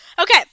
Okay